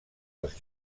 els